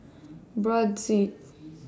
Brotzeit